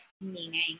meaning